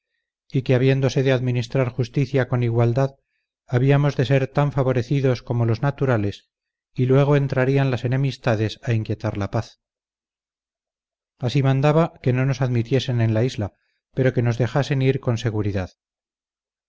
y que habiéndose de administrar justicia con igualdad habíamos de ser tan favorecidos como los naturales y luego entrarían las enemistades a inquietar la paz así mandaba que no nos admitiesen en la isla pero que nos dejasen ir con seguridad